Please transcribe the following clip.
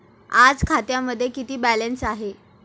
आज खात्यामध्ये किती बॅलन्स आहे?